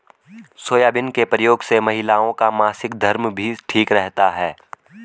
soybean के प्रयोग से महिलाओं का मासिक धर्म भी ठीक रहता है